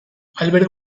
alberga